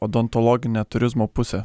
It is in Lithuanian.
odontologinę turizmo pusę